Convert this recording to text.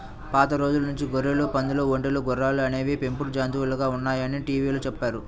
పాత రోజుల నుంచి గొర్రెలు, పందులు, ఒంటెలు, గుర్రాలు అనేవి పెంపుడు జంతువులుగా ఉన్నాయని టీవీలో చెప్పారు